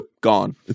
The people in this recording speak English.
gone